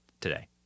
today